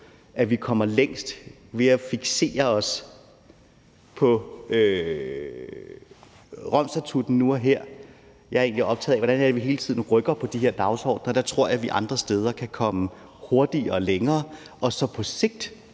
at vi kommer længst ved at være fikseret på Romstatutten nu og her. Jeg er egentlig optaget af, hvordan vi hele tiden rykker på de her dagsordener, og der tror jeg, at vi andre steder kan komme hurtigere og længere, og så kan det